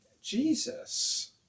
Jesus